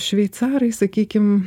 šveicarai sakykim